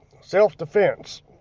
self-defense